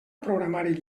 programari